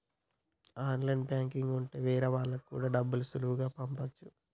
online banking ఉంటె వేరే వాళ్ళకి కూడా డబ్బులు సులువుగా పంపచ్చు